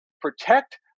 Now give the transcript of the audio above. protect